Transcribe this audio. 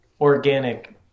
organic